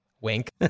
wink